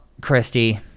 Christy